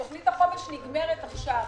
תוכנית החומש נגמרת עכשיו.